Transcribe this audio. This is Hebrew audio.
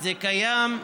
זה קיים,